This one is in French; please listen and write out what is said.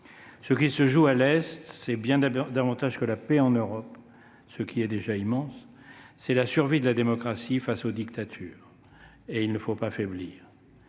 Ce qui se joue à l'Est est bien davantage que la paix en Europe, ce qui est déjà immense ; c'est la survie de la démocratie face aux dictatures. Il ne faut pas faiblir.